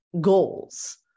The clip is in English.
goals